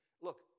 Look